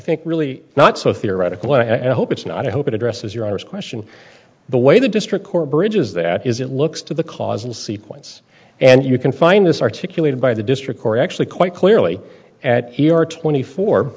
think really not so theoretical i hope it's not i hope it addresses your honour's question the way the district court bridges that is it looks to the causal sequence and you can find this articulated by the district court actually quite clearly at twenty four